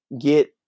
get